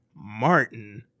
Martin